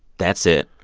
that's it.